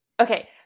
Okay